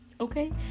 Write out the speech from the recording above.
Okay